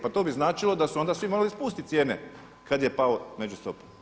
Pa to bi značilo da su onda svi morali spustiti cijene kad je pala međustopa.